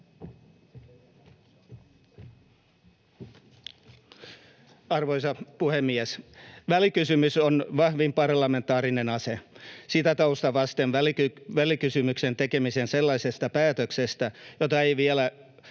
Arvoisa puhemies! Välikysymys on vahvin parlamentaarinen ase. Sitä taustaa vasten välikysymyksen tekeminen sellaisesta päätöksestä, jota ei vielä